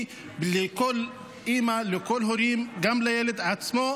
לכל אימא ולכל ההורים וגם לילד עצמו,